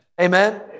Amen